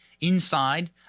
inside